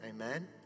Amen